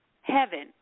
heaven